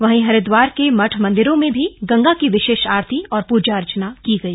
वहीं हरिद्वार के मठ मंदिरों में भी गंगा की विशेष आरती और पूजा अर्चना की गई